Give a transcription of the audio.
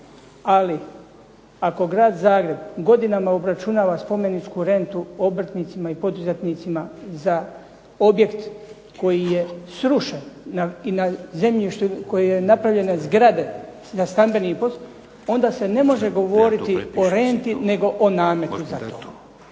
ali ako Grad Zagreb godinama obračunava spomeničku rentu obrtnicima i poduzetnicima za objekt koji je srušen i na zemljištu na kojem su napravljene zgrade za stambeni …/Govornik se ne razumije./… onda se ne može govoriti po renti nego o nametu.